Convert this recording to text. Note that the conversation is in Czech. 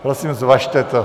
Prosím, zvažte to.